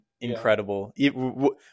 incredible